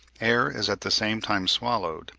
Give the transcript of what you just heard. air is at the same time swallowed,